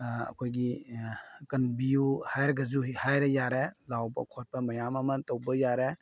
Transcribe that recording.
ꯑꯩꯈꯣꯏꯒꯤ ꯀꯟꯕꯤꯎ ꯍꯥꯏꯔꯒꯁꯨ ꯍꯥꯏꯔ ꯌꯥꯔꯦ ꯂꯥꯎꯕ ꯈꯣꯠꯄ ꯃꯌꯥꯝ ꯑꯃ ꯇꯧꯕ ꯌꯥꯔꯦ